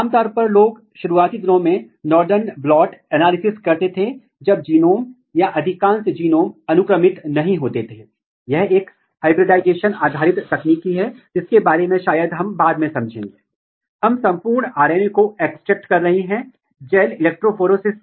इसी तरह जब आप केवल plethora2 को उत्परिवर्तित करते हैं तो आप एक महत्वपूर्ण अंतर नहीं देखते हैं यह काफी हद तक जंगली प्रकार के समान होता है लेकिन जब आप डबल म्यूटेंट बनाते हैं जब आप प्लीथोरा 1 और प्लीथोरा 2 दोनों को म्यूट करते हैं तो आप देख सकते हैं कि जड़ की वृद्धि बहुत ही अवरुद्ध है